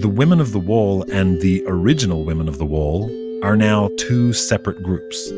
the women of the wall and the original women of the wall are now two separate groups.